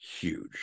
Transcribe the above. huge